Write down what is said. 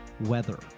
weather